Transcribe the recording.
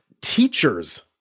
teachers